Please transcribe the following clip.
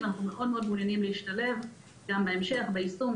אנחנו מאוד מעוניינים להשתלב גם בהמשך ביישום,